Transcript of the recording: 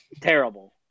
Terrible